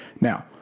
Now